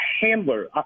handler